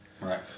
Right